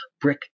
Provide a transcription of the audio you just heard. brick